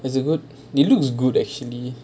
it's a good it looks good actually